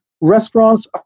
restaurants